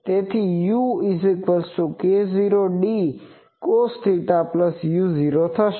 તેથી u k0d cosθu0 થશે